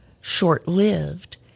short-lived